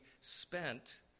spent